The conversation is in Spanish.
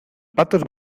patos